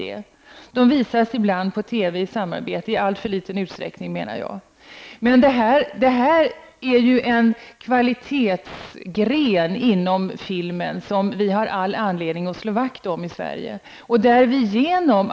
Filmerna visas ibland på TV, men jag menar att det sker i alltför liten utsträckning. Det här är en kvalitetsgren inom filmen som vi i Sverige har all anledning att slå vakt om.